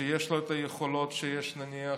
שיש לו את היכולות שיש, נניח,